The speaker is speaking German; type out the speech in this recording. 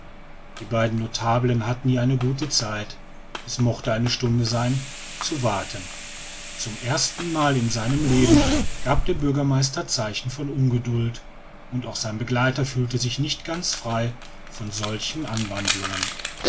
die beiden notabeln hatten hier eine gute zeit es mochte eine stunde sein zu warten zum ersten mal in seinem leben gab der bürgermeister zeichen von ungeduld und auch sein begleiter fühlte sich nicht ganz frei von solchen anwandlungen